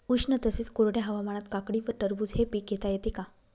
उष्ण तसेच कोरड्या हवामानात काकडी व टरबूज हे पीक घेता येते का?